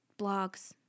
blogs